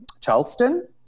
Charleston